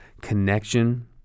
connection